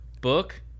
book